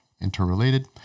interrelated